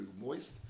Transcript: moist